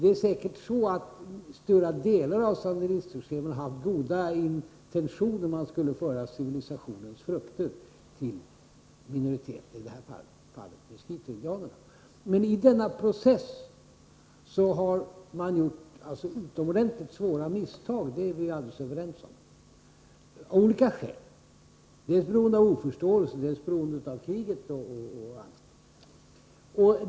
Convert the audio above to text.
Det är säkert så att stora delar av sandinistregimen haft goda intentioner — man skulle föra civilisationens frukter till minoriteter, i det här fallet miskitoindianerna. Men i denna process har man — det är vi helt överens om — gjort utomordentligt svåra misstag av olika skäl, dels beroende på oförståelse, dels beroende på kriget och annat.